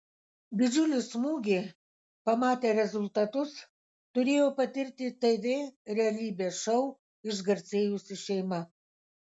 didžiulį smūgį pamatę rezultatus turėjo patirti tv realybės šou išgarsėjusi šeima